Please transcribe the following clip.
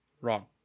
Wrong